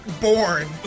born